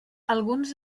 alguns